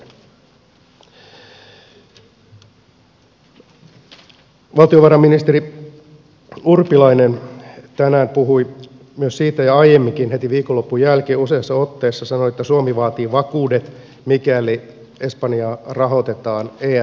valtiovarainministeri urpilainen tänään puhui myös siitä ja aiemminkin heti viikonlopun jälkeen useassa otteessa sanoi että suomi vaatii vakuudet mikäli espanjaa rahoitetaan ervvn kautta